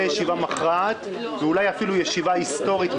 ישיבה מכרעת ואולי אפילו ישיבה היסטורית,